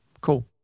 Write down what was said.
cool